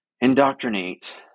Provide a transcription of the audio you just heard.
indoctrinate